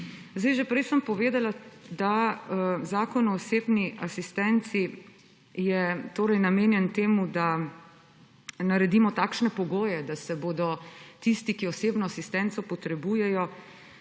SD. Že prej sem povedala, da Zakon o osebni asistenci je torej namenjen temu, da naredimo takšne pogoje, da se bodo tisti, ki osebno asistenco potrebujejo,